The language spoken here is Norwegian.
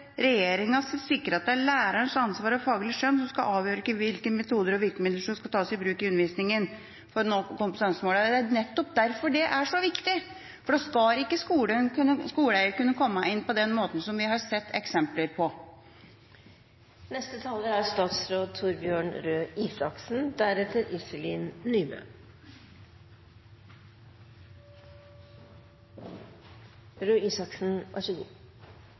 at det er lærernes ansvar og faglige skjønn som skal avgjøre hvilke metoder og virkemidler som skal tas i bruk i undervisningen for å nå kompetansemål», er så viktig. For da skal ikke skoleeier kunne komme inn på den måten som vi har sett eksempler på. Jeg har blitt utfordret på to helt konkrete ting. La meg ta dette med kvalitetsvurderingssystemet først: Når det er